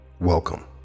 Welcome